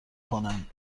کنند